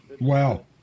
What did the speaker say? Wow